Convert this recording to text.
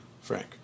Frank